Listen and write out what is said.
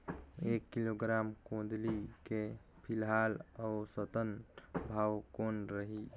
एक किलोग्राम गोंदली के फिलहाल औसतन भाव कौन रही?